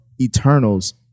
Eternals